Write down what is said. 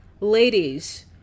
Ladies